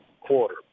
quarter